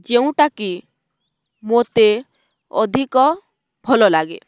ଯେଉଁଟାକି ମୋତେ ଅଧିକ ଭଲ ଲାଗେ